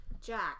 Jack